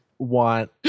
want